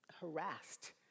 harassed